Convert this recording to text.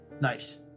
Nice